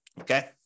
okay